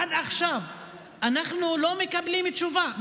עד עכשיו אנחנו לא מקבלים תשובה.